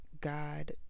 God